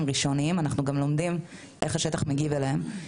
הם ראשוניים ואנחנו גם לומדים איך השטח מגיב אליהם,